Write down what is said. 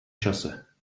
čase